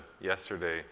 yesterday